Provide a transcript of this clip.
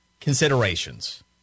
considerations